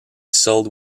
sold